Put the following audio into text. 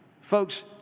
Folks